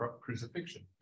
crucifixion